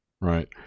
right